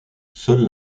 seule